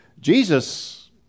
Jesus